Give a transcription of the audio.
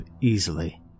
easily